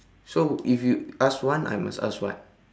so if you ask one I must ask one